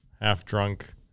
half-drunk